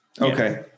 Okay